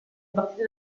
partite